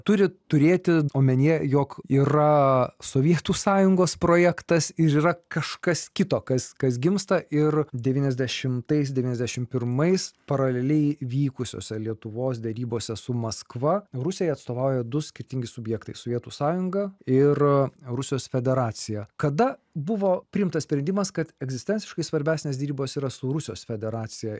turi turėti omenyje jog yra sovietų sąjungos projektas ir yra kažkas kito kas kas gimsta ir devyniasdešimtais devyniasdešim pirmais paraleliai vykusiose lietuvos derybose su maskva rusijai atstovauja du skirtingi subjektai sovietų sąjunga ir rusijos federacija kada buvo priimtas sprendimas kad egzistenciškai svarbesnės derybos yra su rusijos federacija